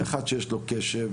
אחד שיש לו קשב,